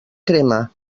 crema